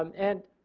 um and